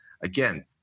again